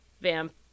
vamp